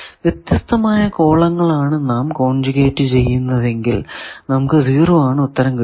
വ്യത്യസ്തമായ കോളങ്ങൾ ആണ് നാം കോൺജ്യൂഗെറ്റ് ചെയ്യുന്നതെകിൽ നമുക്ക് 0 ആണ് ഉത്തരം കിട്ടുക